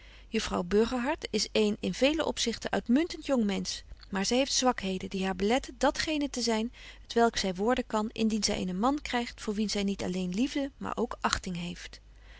juffrouw burgerhart is een in velen opzichte uitmuntent jong mensch maar zy heeft zwakheden die haar beletten dat geene te zyn t welk zy worden kan indien zy eenen man krygt voor wien zy niet alleen liefde maar ook achting heeft